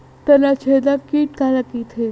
तनाछेदक कीट काला कइथे?